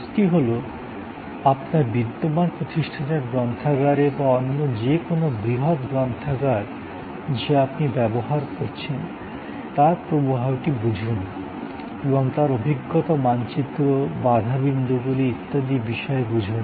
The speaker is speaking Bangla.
কাজটি হল আপনার বিদ্যমান প্রতিষ্ঠানের গ্রন্থাগারে বা অন্য যে কোনও বৃহত গ্রন্থাগার যা আপনি ব্যবহার করছেন তার প্রবাহটি বুঝুন এবং তার অভিজ্ঞতা মানচিত্র বাধা বিন্দুগুলি ইত্যাদি বিষয় বুঝুন